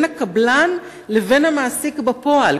הקבלן שמשלם לעובדים ובין המעסיק בפועל,